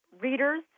readers